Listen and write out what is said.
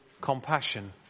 compassion